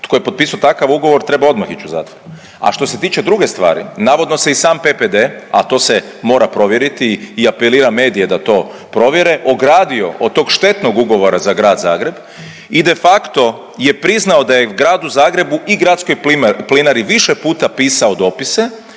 Tko je potpisao takav ugovor treba odmah ići u zatvor. A što se tiče druge stvari navodno se i sam PPD, a to se mora provjeriti i apeliram medije da to provjere ogradio od tog štetnog ugovora za grad Zagreb i de facto je priznao da je gradu Zagrebu i gradskoj plinari više puta pisao dopise